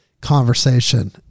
conversation